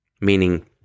Meaning